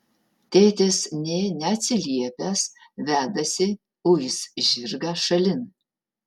tėtis nė neatsiliepęs vedasi uis žirgą šalin